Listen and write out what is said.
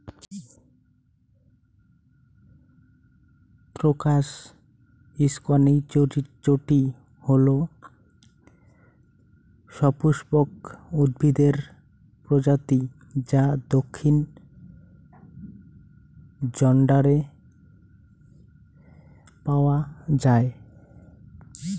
crocus hausknechtii হল সপুষ্পক উদ্ভিদের প্রজাতি যা দক্ষিণ জর্ডানে পাওয়া য়ায়